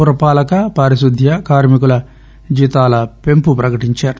పురపాలక పారిశుద్ద్య కార్మికుల జీతాలు పెంపు ప్రకటించారు